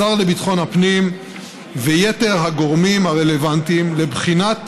השר לביטחון הפנים ויתר הגורמים הרלוונטיים לבחינת